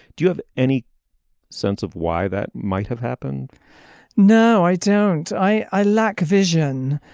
do you have any sense of why that might have happened no i don't i lack vision.